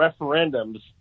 referendums